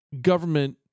government